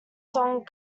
song